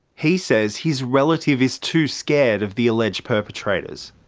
he says his relative is too scared of the alleged perpetrators.